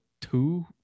two